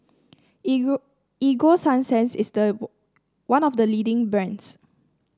Ego Sunsense is the one of the leading brands